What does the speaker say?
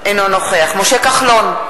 אינו נוכח משה כחלון,